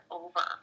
over